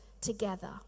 together